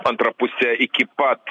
antra puse iki pat